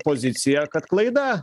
pozicija kad klaida